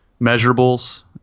measurables